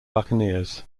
buccaneers